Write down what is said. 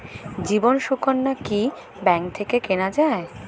জীবন সুকন্যা কি ব্যাংক থেকে কেনা যায়?